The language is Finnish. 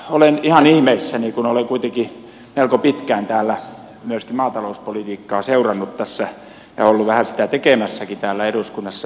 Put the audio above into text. olen ihan ihmeissäni kun olen kuitenkin melko pitkään täällä myös maatalouspolitiikkaa seurannut ja ollut vähän sitä tekemässäkin täällä eduskunnassa